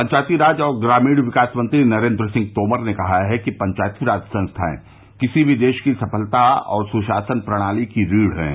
पंचायती राज और ग्रामीण विकास मंत्री नरेन्द्र सिंह तोमर ने कहा कि पंचायती राज संस्थाएं किसी भी देश की सफलता और सुशासन प्रणाली की रीढ़ हैं